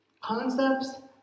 concepts